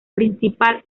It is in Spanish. principal